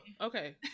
okay